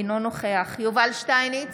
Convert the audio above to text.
אינו נוכח יובל שטייניץ,